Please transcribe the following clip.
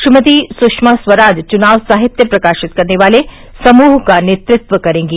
श्रीमती सुषमा स्वराज चुनाव साहित्य प्रकाशित करने वाले समूह का नेतृत्व करेंगी